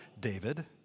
David